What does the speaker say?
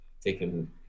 taking